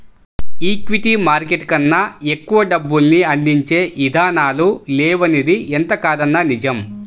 equity market కన్నా ఎక్కువ డబ్బుల్ని అందించే ఇదానాలు లేవనిది ఎంతకాదన్నా నిజం